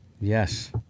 Yes